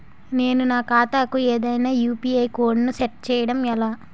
నేను నా ఖాతా కు ఏదైనా యు.పి.ఐ కోడ్ ను సెట్ చేయడం ఎలా?